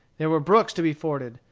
there were brooks to be forded.